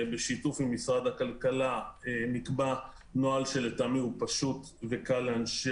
בשיתוף עם משרד הכלכלה נקבע נוהל פשוט וקל לאנשי